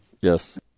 Yes